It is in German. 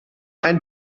ein